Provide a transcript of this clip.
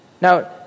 Now